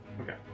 Okay